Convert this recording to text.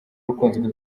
ukunze